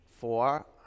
four